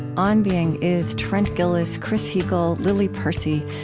on being is trent gilliss, chris heagle, lily percy,